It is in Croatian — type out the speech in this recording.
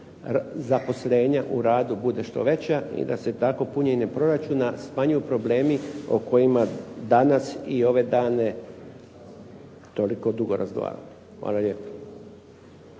zaposlenja u radu bude što veća i da se tako punjenjem proračuna smanjuju problemi o kojima danas i ove dane toliko dugo razgovaramo. Hvala lijepo.